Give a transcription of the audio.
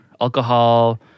alcohol